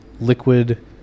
liquid